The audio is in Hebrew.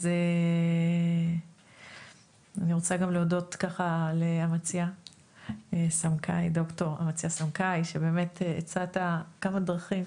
אני רוצה להודות לד"ר אמציה סמקאי שהצעת כמה דרכים,